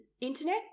internet